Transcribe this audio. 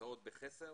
נמצאות בחסר